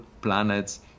planets